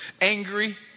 angry